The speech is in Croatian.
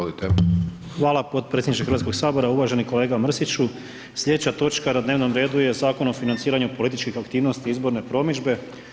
Hvala potpredsjedniče Hrvatskog sabora, uvaženi kolega Mrsiću, sljedeća točka na dnevnom redu je Zakon o financiraju političke aktivnosti izborne promidžbe.